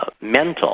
mental